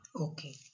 Okay